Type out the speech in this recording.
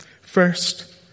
First